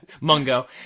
Mungo